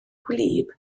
gwlyb